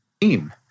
team